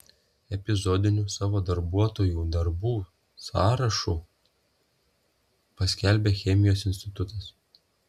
epizodinių savo darbuotojų darbų sąrašų paskelbė chemijos institutas